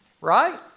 right